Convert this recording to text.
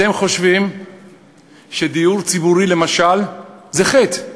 אתם חושבים שדיור ציבורי, למשל, זה חטא.